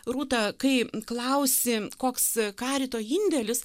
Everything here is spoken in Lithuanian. rūta kai klausi koks karito indėlis